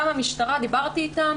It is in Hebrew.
גם המשטרה דיברתי איתם